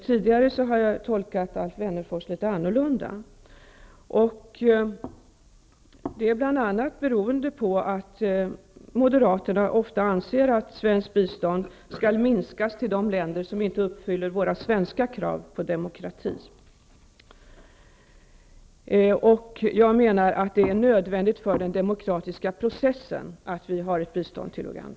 Tidigare har jag tolkat Alf Wennerfors litet annorlunda, bl.a. beroende på att moderaterna ofta anser att svenskt bistånd skall minskas till de länder som inte uppfyller våra svenska krav på demokrati. Jag menar att det är nödvändigt för den demokratiska processen att vi ger bistånd till Uganda.